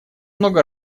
много